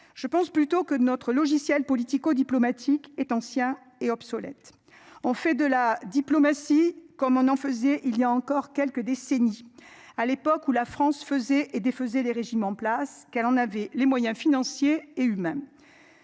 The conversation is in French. je pense plutôt que notre logiciel politico-diplomatique est ancien et obsolète. On fait de la diplomatie comme on en faisait il y a encore quelques décennies. À l'époque où la France faisait et défaisait les régimes en place qu'elle en avait les moyens financiers et humains.